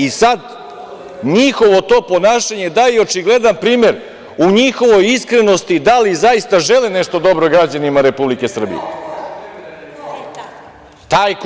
I sad njihovo to ponašanje daje očigledan primer u njihovu iskrenost i da li zaista žele nešto dobro građanima Republike Srbije. (Vjerica Radeta: Ko?